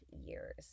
years